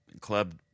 club